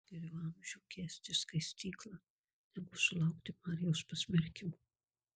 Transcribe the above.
geriau amžių kęsti skaistyklą negu sulaukti marijaus pasmerkimo